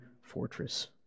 fortress